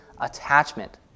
attachment